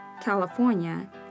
California